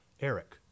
Eric